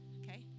okay